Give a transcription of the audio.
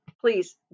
please